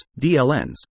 DLNs